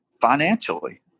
financially